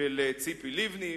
של ציפי לבני.